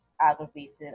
aggravated